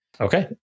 Okay